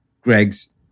Greg's